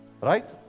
Right